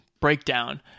breakdown